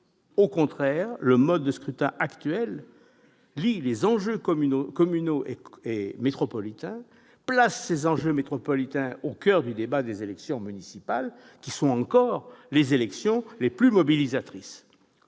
Au contraire, le mode de scrutin actuel lie les enjeux communaux et les enjeux métropolitains et place ces derniers au coeur du débat des élections municipales, qui restent les élections les plus mobilisatrices.